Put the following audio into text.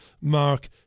Mark